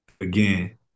again